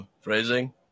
phrasing